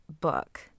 book